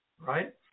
right